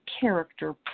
character